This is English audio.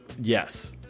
yes